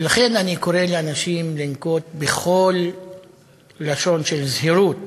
ולכן אני קורא לאנשים לנקוט כל דרך של זהירות